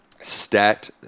stat